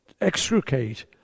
extricate